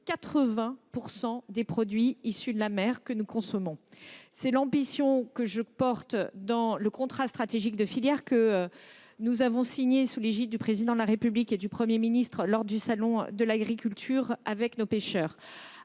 80 % des produits issus de la mer que nous consommons. C’est l’ambition que je porte dans le contrat stratégique de filière que nous avons signé avec nos pêcheurs, sous l’égide du Président de la République et du Premier ministre, lors du dernier salon de l’agriculture. Alors,